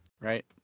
right